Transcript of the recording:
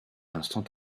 instant